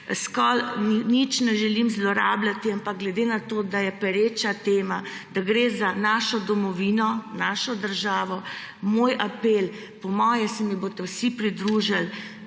Nič ne želim zlorabljati, ampak glede na to, da je pereča tema, da gre za našo domovino, našo državo, moj apel, po mojem se mi boste vsi pridružili,